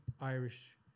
Irish